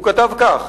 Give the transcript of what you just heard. הוא כתב כך: